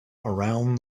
around